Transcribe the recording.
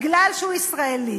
מפני שהוא ישראלי.